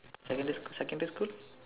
secondary secondary school